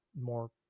more